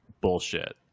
bullshit